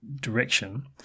direction